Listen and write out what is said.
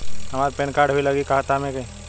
हमार PAN card भी लगी खाता में?